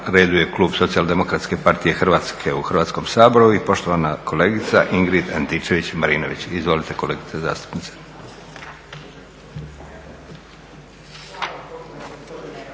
redu je klub Socijaldemokratske partije Hrvatske u Hrvatskom saboru i poštovana kolegica Ingrid Antičević Marinović. Izvolite kolegice zastupnice.